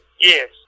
yes